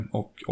och